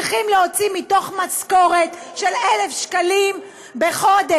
צריכים להוציא מתוך משכורת של 1,000 שקלים בחודש.